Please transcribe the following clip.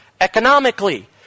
economically